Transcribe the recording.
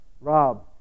Rob